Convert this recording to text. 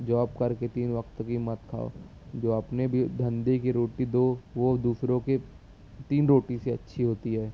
job کر کے تین وقت کی مت کھاؤ جو اپنے بھی دھندے کی روٹی دو وہ دوسروں کے تین روٹی سے اچھی ہوتی ہے